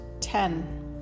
Ten